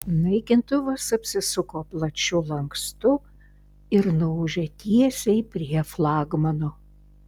naikintuvas apsisuko plačiu lankstu ir nuūžė tiesiai prie flagmano